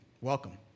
Welcome